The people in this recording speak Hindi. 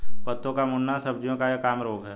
पत्तों का मुड़ना सब्जियों का एक आम रोग है